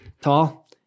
tall